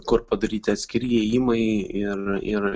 kur padaryti atskiri įėjimai ir ir